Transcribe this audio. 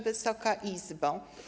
Wysoka Izbo!